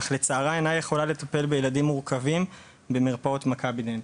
אך לצערה אינה יכולה לטפל בילדים מורכבים במרפאות מכבידנט,